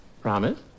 Promise